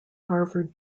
harvard